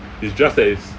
is just that it's